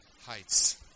heights